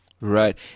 Right